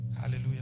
Hallelujah